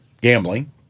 gambling